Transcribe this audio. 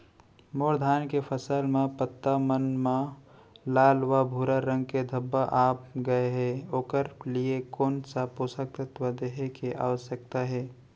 मोर धान के फसल म पत्ता मन म लाल व भूरा रंग के धब्बा आप गए हे ओखर लिए कोन स पोसक तत्व देहे के आवश्यकता हे?